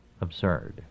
absurd